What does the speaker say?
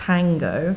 Tango